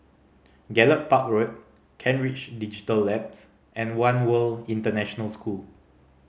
Gallop Park Road Kent Ridge Digital Labs and One World International School